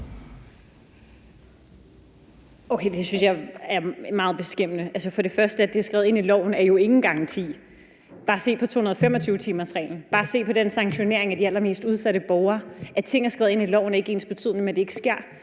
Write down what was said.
Okay, det synes jeg er meget beskæmmende. For det første er det, at det er skrevet ind i loven, jo ingen garanti. Bare se på 225-timersreglen; bare se på sanktioneringen af de allermest udsatte borgere. At ting er skrevet ind i loven, er ikke ensbetydende med, at det ikke sker.